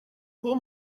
pull